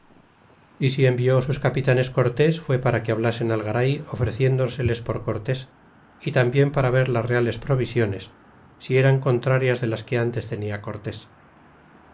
y si envió sus capitanes cortés fué para que hablasen al garay ofreciéndoseles por cortés y tambien para ver las reales provisiones si eran contrarias de las que ntes tenia cortés